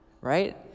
right